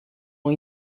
ont